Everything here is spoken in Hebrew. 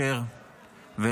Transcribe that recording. בבית משפט.